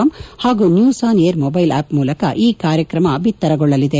com ಹಾಗೂ news on air mobile app ಮೂಲಕ ಈ ಕಾರ್ಯಕ್ರಮ ಬಿತ್ತರಗೊಳ್ಳಲಿದೆ